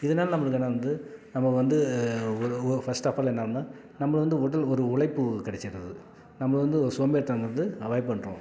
இதனால நம்மளுக்கு என்ன வந்துது நம்ம வந்து உத உ ஃபஸ்ட் ஆஃப் ஆல் என்ன பண்ணலாம் நம்மள வந்து உடல் ஒரு உழைப்பு கிடச்சிருது நம்ம வந்து சோம்பேறி தனம் வந்து அவாய்ட் பண்ணுறோம்